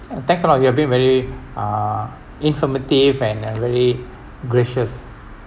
um thanks a lot of you have been very uh informative and uh very gracious